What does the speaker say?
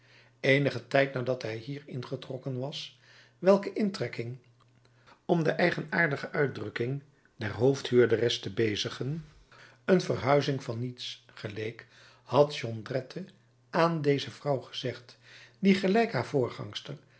eenigen tijd nadat hij hier ingetrokken was welke intrekking om de eigenaardige uitdrukking der hoofdhuurderes te bezigen een verhuizing van niets geleek had jondrette aan deze vrouw gezegd die gelijk haar voorgangster